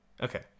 Okay